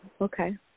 okay